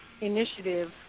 initiative